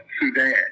Sudan